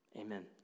amen